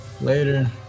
Later